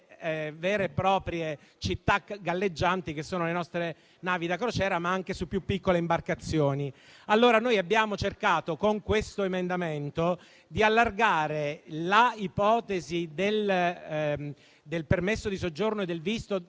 vere e proprie città galleggianti che sono le nostre navi da crociera, ma anche su più piccole imbarcazioni. Allora, noi abbiamo cercato, con questo emendamento, di allargare l'ipotesi del permesso di soggiorno e del visto